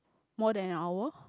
more than an hour